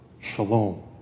Shalom